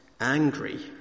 angry